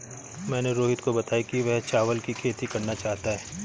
मैंने रोहित को बताया कि वह चावल की खेती करना चाहता है